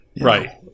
Right